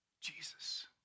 Jesus